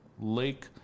lake